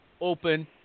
open